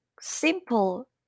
simple